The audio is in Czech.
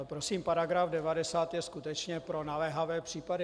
Prosím, § 90 je skutečně pro naléhavé případy.